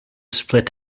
split